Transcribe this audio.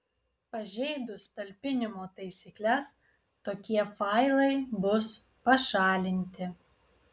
pažeidus talpinimo taisykles tokie failai bus pašalinti